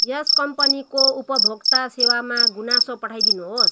यस कम्पनीको उपभोक्ता सेवामा गुनासो पठाइदिनुहोस्